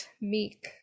meek